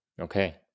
Okay